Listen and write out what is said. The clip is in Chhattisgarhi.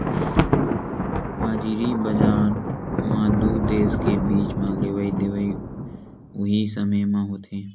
हाजिरी बजार म दू देस के बीच म लेवई देवई उहीं समे म होथे